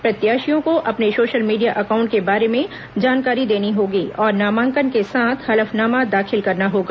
प्रत्याशियों को अपने सोशल मीडिया अकाउंट के बारे में जानकारी देनी होगी और नामांकन के साथ हलफनामा दाखिल करना होगा